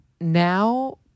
now